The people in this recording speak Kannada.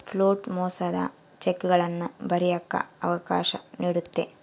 ಫ್ಲೋಟ್ ಮೋಸದ ಚೆಕ್ಗಳನ್ನ ಬರಿಯಕ್ಕ ಅವಕಾಶ ನೀಡುತ್ತೆ